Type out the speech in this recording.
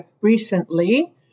recently